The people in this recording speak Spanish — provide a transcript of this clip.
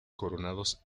coronados